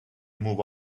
move